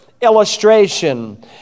illustration